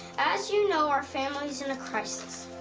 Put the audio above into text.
as you know, our family is in a crisis.